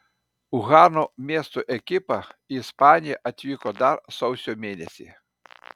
uhano miesto ekipa į ispaniją atvyko dar sausio mėnesį